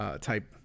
type